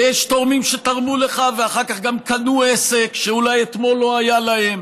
ויש תורמים שתרמו לך ואחר כך גם קנו עסק שאולי אתמול לא היה להם.